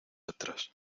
atrás